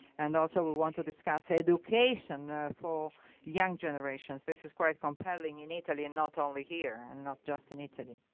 and also, we want to discuss education for young generations. this is quite compelling in italy, and not only here, and not just in italy.